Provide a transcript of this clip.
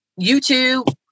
YouTube